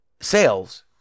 sales